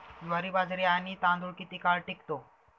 ज्वारी, बाजरी आणि तांदूळ किती काळ टिकतो?